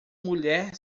mulher